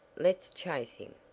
let's chase him!